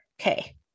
Okay